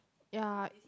ya